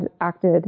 acted